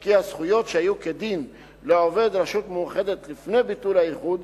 כי הזכויות שהיו כדין לעובד רשות מאוחדת לפני ביטול האיחוד,